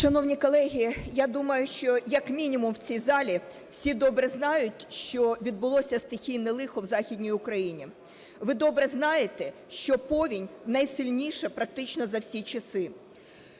Шановні колеги, я думаю, що як мінімум в цій залі всі добре знають, що відбулося стихійне лихо в Західній Україні. Ви добре знаєте, що повінь найсильніша практично за всі часи.